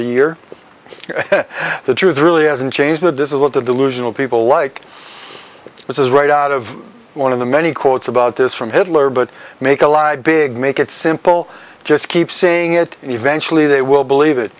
the year the truth really hasn't changed that this is what the delusional people like this is right out of one of the many quotes about this from hitler but make a lie big make it simple just keep saying it and eventually they will believe it